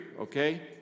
Okay